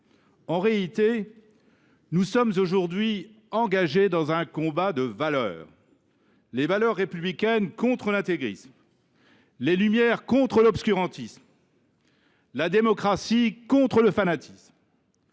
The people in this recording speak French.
En réalité, nous sommes aujourd’hui engagés dans un combat de valeurs : les valeurs républicaines contre l’intégrisme, les Lumières contre l’obscurantisme, la démocratie contre le fanatisme.